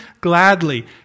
gladly